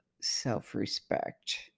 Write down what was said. self-respect